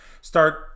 start